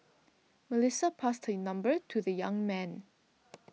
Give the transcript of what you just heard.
Melissa passed number to the young man